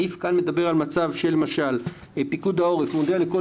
מדברת על מצב שלמשל פיקוד העורף מודיע לכל